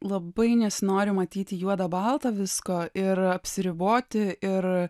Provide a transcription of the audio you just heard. labai nesinori matyti juoda balta visko ir apsiriboti ir